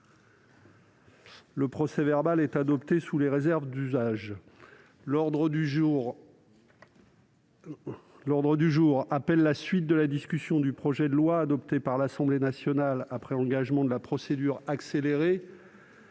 Le procès-verbal est adopté sous les réserves d'usage. L'ordre du jour appelle la suite de la discussion du projet de loi, adopté par l'Assemblée nationale après engagement de la procédure accélérée,